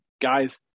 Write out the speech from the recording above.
guys